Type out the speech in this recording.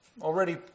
already